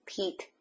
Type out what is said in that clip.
,Pete